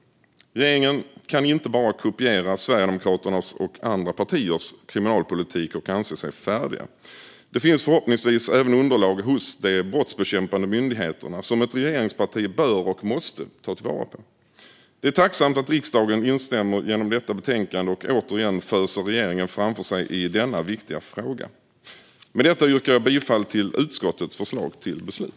Regeringen kan inte bara kopiera Sverigedemokraternas och andra partiers kriminalpolitik och anse sig färdiga. Det finns förhoppningsvis underlag även hos de brottsbekämpande myndigheterna som ett regeringsparti bör och måste ta till vara. Det är tacknämligt att riksdagen instämmer genom detta betänkande och återigen föser regeringen framför sig i denna viktiga fråga. Med detta yrkar jag bifall till utskottets förslag till beslut.